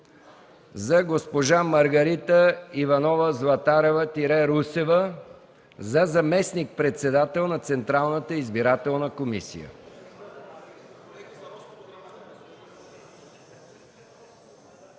за госпожа Маргарита Иванова Златарева-Русева за заместник-председател на Централната избирателна комисия.